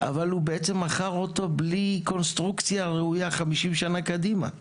אבל הוא בעצם מכר אותו בלי קונסטרוקציה ראויה 50 שנה קדימה.